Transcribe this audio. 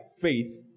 faith